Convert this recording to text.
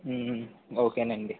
ఓకేనండి